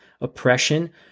oppression